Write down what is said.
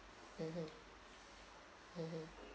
mmhmm mmhmm